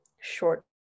short